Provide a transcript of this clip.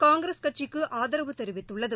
காங்கிரஸ் கட்சிக்குஆதரவு தெரிவித்துள்ளது